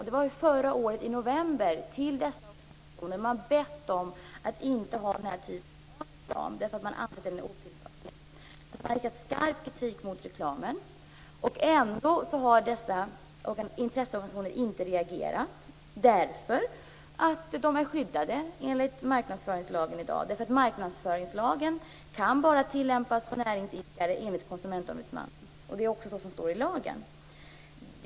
I november förra året skickade man även ett brev till dessa organisationer där man bad dem att inte använda den här typen av reklam, eftersom den är otillbörlig. Man har alltså riktat skarp kritik mot reklamen. Ändå har dessa intresseorganisationer inte reagerat. De är ju skyddade av marknadsföringslagen i dag. Den kan bara tillämpas på näringsidkare enligt Konsumentombudsmannen, vilket också står i lagen.